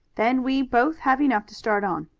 then we both have enough to start on.